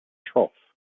trough